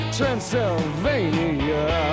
Transylvania